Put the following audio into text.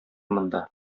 монда